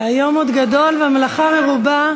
איך אתה מסכים לזה?